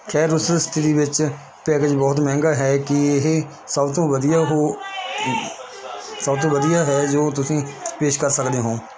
ਖੈਰ ਉਸ ਸਥਿਤੀ ਵਿੱਚ ਪੈਕੇਜ ਬਹੁਤ ਮਹਿੰਗਾ ਹੈ ਕੀ ਇਹ ਸਭ ਤੋਂ ਵਧੀਆ ਹੋ ਸਭ ਤੋਂ ਵਧੀਆ ਹੈ ਜੋ ਤੁਸੀਂ ਪੇਸ਼ ਕਰ ਸਕਦੇ ਹੋ